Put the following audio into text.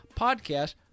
podcast